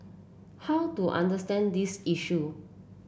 how to understand this issue